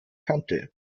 kannte